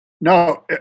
no